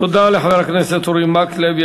תודה לחבר הכנסת אורי מקלב.